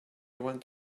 went